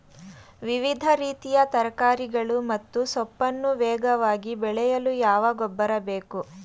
ವಿವಿಧ ರೀತಿಯ ತರಕಾರಿಗಳು ಮತ್ತು ಸೊಪ್ಪನ್ನು ವೇಗವಾಗಿ ಬೆಳೆಯಲು ಯಾವ ಗೊಬ್ಬರ ಬೇಕು?